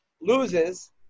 loses